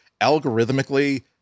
algorithmically